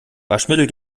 waschmittel